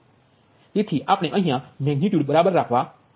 પરંતુ અહીં મેગનિટ્યુડ બરાબર રાખવી પડશે